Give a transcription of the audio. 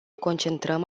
concentrăm